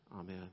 Amen